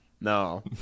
No